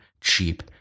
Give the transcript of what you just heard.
cheap